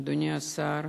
אדוני השר,